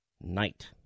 night